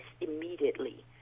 immediately